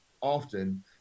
often